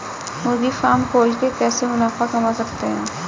मुर्गी फार्म खोल के कैसे मुनाफा कमा सकते हैं?